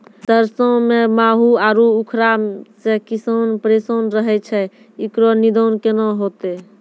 सरसों मे माहू आरु उखरा से किसान परेशान रहैय छैय, इकरो निदान केना होते?